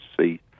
see